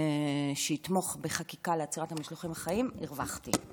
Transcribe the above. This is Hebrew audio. שיתמוך בחקיקה לעצירת המשלוחים החיים, הרווחתי.